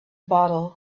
bottle